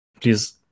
please